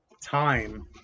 time